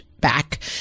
back